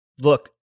Look